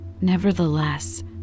Nevertheless